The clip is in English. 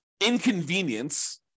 inconvenience